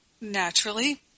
naturally